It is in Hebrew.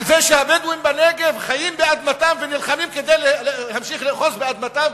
על זה שהבדואים בנגב חיים על אדמתם ונלחמים כדי להמשיך לאחוז באדמתם,